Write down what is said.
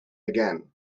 again